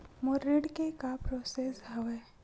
मोर ऋण के का का प्रोसेस हवय?